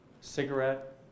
cigarette